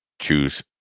choose